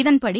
இதன்படி